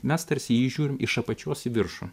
mes tarsi į jį žiūrim iš apačios į viršų